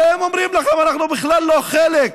הרי הם אומרים לכם: אנחנו בכלל לא חלק,